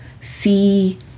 see